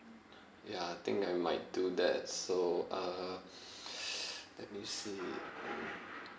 ya I think I might do that so uh let me see